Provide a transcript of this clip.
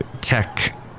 tech